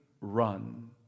run